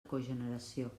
cogeneració